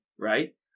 right